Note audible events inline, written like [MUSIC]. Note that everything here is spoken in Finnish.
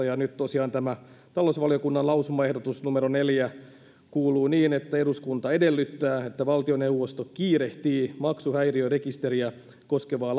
[UNINTELLIGIBLE] ja nyt tosiaan tämä talousvaliokunnan lausumaehdotus numero neljä kuuluu seuraavasti eduskunta edellyttää että valtioneuvosto kiirehtii maksuhäiriörekisteriä koskevaa [UNINTELLIGIBLE]